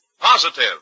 positive